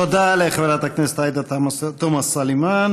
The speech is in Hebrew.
תודה לחברת הכנסת עאידה תומא סלימאן.